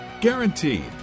Guaranteed